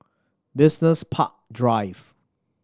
Business Park Drive